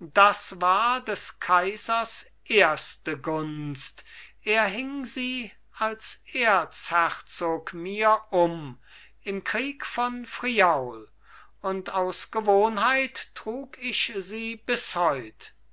das war des kaisers erste gunst er hing sie als erzherzog mir um im krieg von friaul und aus gewohnheit trug ich sie bis heut